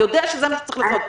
הוא יודע שזה מה שצריך לעשות,